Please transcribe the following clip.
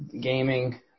gaming